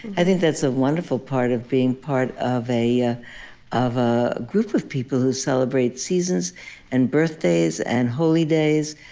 i think that's a wonderful part of being part of a ah of a group of people who celebrate seasons and birthdays and holy days.